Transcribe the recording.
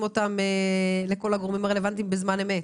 אותם לכל הגורמים הרלוונטיים בזמן אמת.